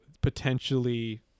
potentially